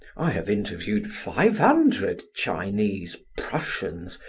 i have interviewed five hundred chinese, prussians,